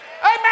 Amen